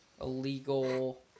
Illegal